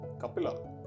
Kapila